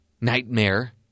nightmare